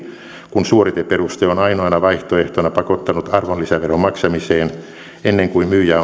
kun suoriteperuste on ainoana vaihtoehtona pakottanut arvonlisäveron maksamiseen ennen kuin myyjä